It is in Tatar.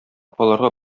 аларга